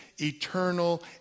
eternal